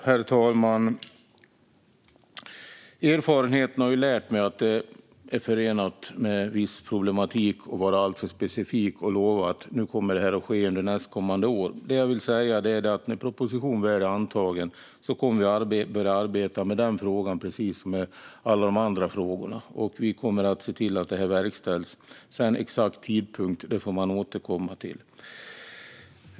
Herr talman! Erfarenheten har lärt mig att det är förenat med viss problematik att vara alltför specifik och lova att något kommer att ske under nästkommande år. Det jag vill säga är att när propositionen väl är antagen kommer vi att arbeta med den här frågan precis som med alla de andra frågorna, och vi kommer att se till att det här verkställs. Sedan får man återkomma med exakt tidpunkt.